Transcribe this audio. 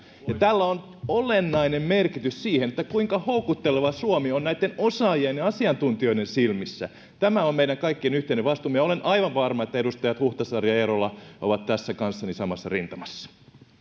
ja tällä on olennainen merkitys sille kuinka houkutteleva suomi on näitten osaajien ja asiantuntijoiden silmissä tämä on meidän kaikkien yhteinen vastuumme ja olen aivan varma että edustajat huhtasaari ja eerola ovat tässä kanssani samassa rintamassa